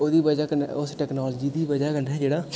ओह्दी बजह कन्नै उस टेक्नोलॉजी दी बजह कन्नै जेह्ड़ा